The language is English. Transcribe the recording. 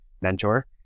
mentor